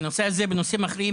בנושא זה ובנושאים אחרים,